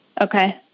Okay